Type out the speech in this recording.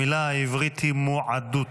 המילה העברית היא מוּעָדוּת.